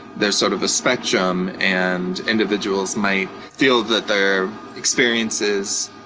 there's sort of a spectrum and individuals might feel that their experiences